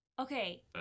Okay